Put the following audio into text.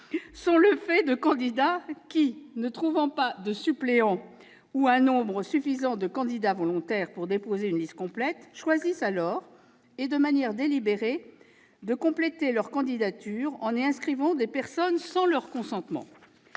sont le fait de candidats qui, ne trouvant pas de suppléant ou un nombre suffisant de candidats volontaires pour déposer une liste complète, choisissent alors, de manière délibérée, de compléter leur candidature en y inscrivant des personnes sans leur consentement.